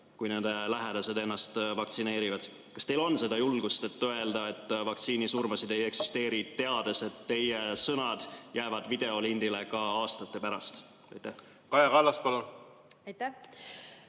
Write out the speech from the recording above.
kui nende lähedased ennast vaktsineerivad? Kas teil on julgust öelda, et vaktsiinisurmasid ei eksisteeri, teades, et teie sõnad jäävad videolindile ka aastate pärast? Hea